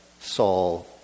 Saul